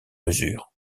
mesures